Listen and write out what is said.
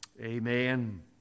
Amen